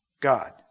God